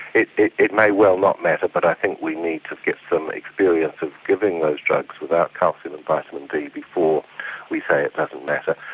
it it may well not matter but i think we need to get some experience of giving those drugs without calcium and vitamin d before we say it doesn't matter.